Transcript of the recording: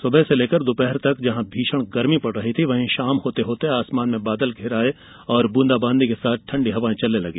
सुबह से लेकर दोपहर तक जहां भीषण गरमी पड़ रही थी वहीं शाम होते होते आसमान में बादल घीर आये और ब्रंदाबांदी के साथ ठण्डी हवाएं चलने लगी